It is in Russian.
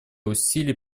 усилий